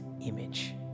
image